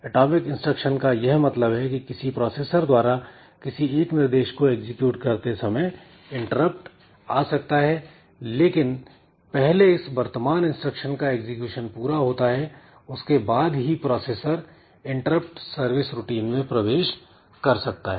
atomic instruction का यह मतलब है की किसी प्रोसेसर द्वारा किसी एक निर्देश को एग्जीक्यूट करते समय इंटरप्ट आ सकता है लेकिन पहले इस वर्तमान इंस्ट्रक्शन का एग्जीक्यूशन पूरा होता है उसके बाद ही प्रोसेसर इंटरप्ट सर्विस रूटीन में प्रवेश कर सकता है